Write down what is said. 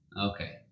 Okay